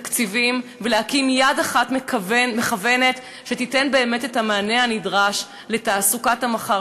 תקציבים ולהקים יד אחת מכוונת שתיתן באמת את המענה הנדרש לתעסוקת המחר,